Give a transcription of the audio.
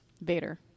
Vader